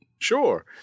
Sure